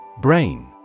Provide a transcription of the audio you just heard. Brain